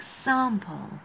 example